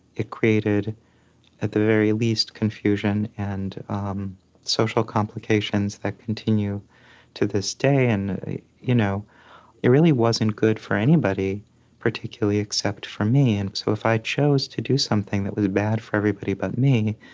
it created at the very least confusion and social complications that continue to this day and you know it really wasn't good for anybody particularly, except for me. and so if i chose to do something that was bad for everybody but me,